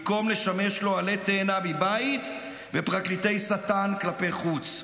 במקום לשמש לו עלה תאנה מבית ופרקליטי שטן כלפי חוץ.